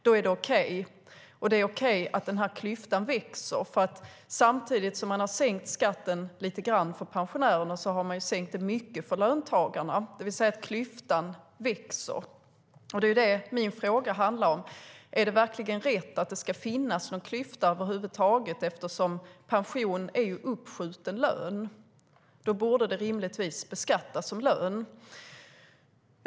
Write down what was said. Då är det okej. Och det är okej att klyftan växer. Samtidigt som man har sänkt skatten lite grann för pensionärerna har man sänkt den mycket för löntagarna. Klyftan växer alltså. Det är det min fråga handlar om. Är det verkligen rätt att det ska finnas någon klyfta över huvud taget? Pension är ju uppskjuten lön. Då borde den rimligtvis beskattas som lön.